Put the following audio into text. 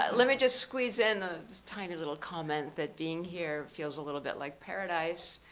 let me just squeeze in a tiny little comment that being here feels a little bit like paradise,